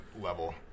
level